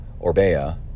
Orbea